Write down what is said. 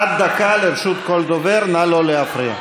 עד דקה לרשות כל דובר, נא לא להפריע.